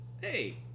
Hey